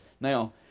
now